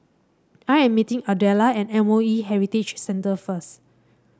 I am meeting Ardella at M O E Heritage Centre first